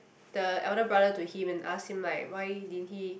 the elder brother to him and ask him like why didn't he